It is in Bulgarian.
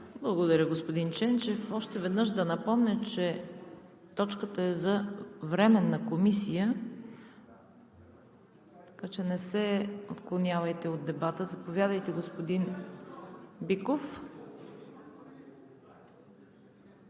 Благодаря, господин Ченчев. Още веднъж да напомня, че точката е за временна комисия, така че не се отклонявайте от дебата. Заповядайте, господин Биков.